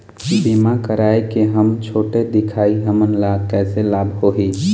बीमा कराए के हम छोटे दिखाही हमन ला कैसे लाभ होही?